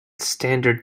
standard